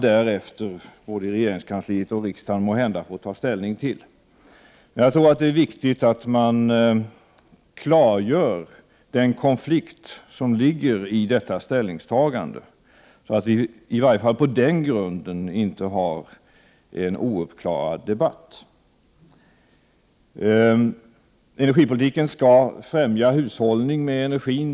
Därefter får regeringskansliet och riksdagen måhända ta ställning. Jag tycker att det är viktigt att man klargör den konflikt som ligger i ett sådant ställningstagande, så att vi i varje fall på den grunden inte har en ouppklarad debatt. Energipolitiken skall främja hushållning med energin.